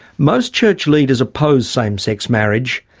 most church leaders oppose same-sex marriage,